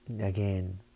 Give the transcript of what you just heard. again